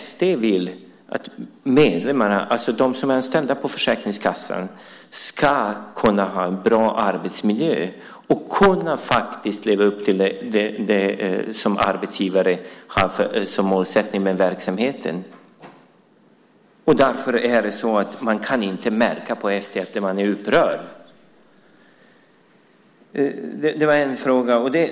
ST vill att de medlemmar som är anställda på Försäkringskassan ska kunna ha en bra arbetsmiljö och faktiskt kunna leva upp till det som arbetsgivaren har som målsättning med verksamheten. Därför kan man inte märka på ST att de är upprörda!